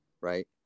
right